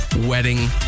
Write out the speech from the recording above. wedding